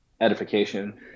edification